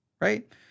right